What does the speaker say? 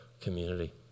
community